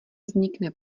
vznikne